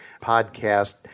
podcast